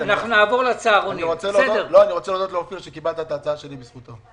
אני רוצה להודות לאופיר שקיבלת את ההצעה שלי בזכותו.